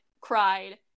cried